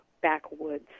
backwoods